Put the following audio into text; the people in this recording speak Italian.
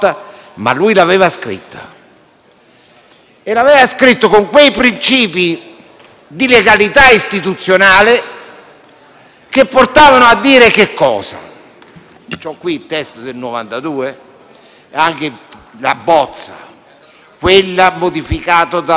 E l'aveva scritta secondo quei principi di legalità istituzionale, che portavano a dire cosa? Ho qui il testo del 1992 e ho anche la bozza, quella modificata dal ministro Martelli in Aula.